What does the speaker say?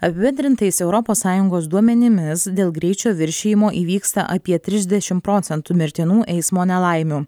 apibendrintais europos sąjungos duomenimis dėl greičio viršijimo įvyksta apie trisdešim procentų mirtinų eismo nelaimių